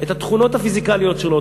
את התכונות הפיזיקליות שלו,